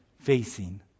facing